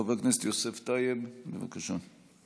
חבר הכנסת יוסף טייב, בבקשה.